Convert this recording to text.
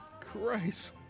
Christ